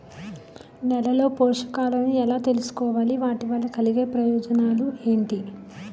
నేలలో పోషకాలను ఎలా తెలుసుకోవాలి? వాటి వల్ల కలిగే ప్రయోజనాలు ఏంటి?